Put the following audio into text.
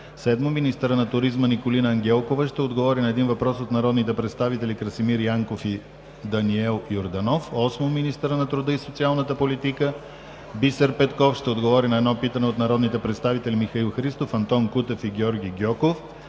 - министъра на туризма Николина Ангелкова ще отговори на един въпрос от народните представители Красимир Янков и Даниел Йорданов; - министъра на труда и социалната политика Бисер Петков – ще отговори на едно питане от народните представители Михаил Христов, Антон Кутев и Георги Гьоков;